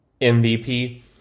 MVP